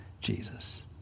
Jesus